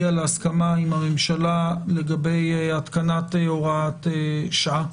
להסכמה עם הממשלה לגבי התקנת הוראת שעה,